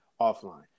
offline